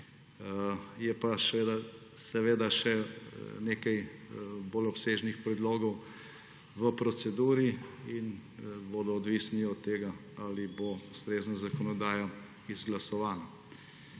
Je pa še nekaj bolj obsežnih predlogov v proceduri, ki bodo odvisni od tega, ali bo ustrezna zakonodaja izglasovana.